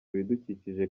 ibidukikije